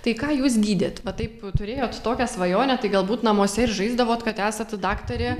tai ką jūs gydėt va taip turėjot tokią svajonę tai galbūt namuose ir žaisdavot kad esat daktarė